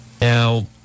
Now